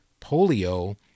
polio